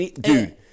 Dude